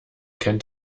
kennt